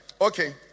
okay